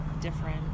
Different